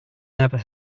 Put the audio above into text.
never